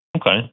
Okay